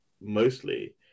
mostly